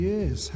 Yes